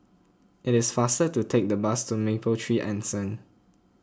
it is faster to take the bus to Mapletree Anson